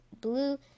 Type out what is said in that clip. Blue